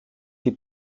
die